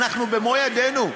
אנחנו במו ידינו,